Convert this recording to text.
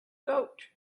goat